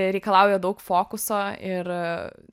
reikalauja daug fokuso ir